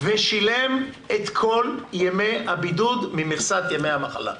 הוא שילם את כל ימי הבידוד ממכסת ימי המחלה.